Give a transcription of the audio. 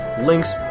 links